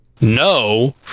no